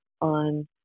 on